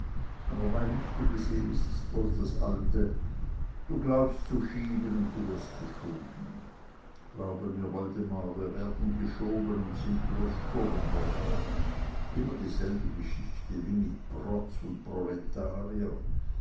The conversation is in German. aber bei lichte besehn ist es bloß das alte du glaubst zu schieben und du wirst geschoben glaube mir woldemar wir werden geschoben und sind bloß sturmbock immer dieselbe geschichte wie mit protz und proletarier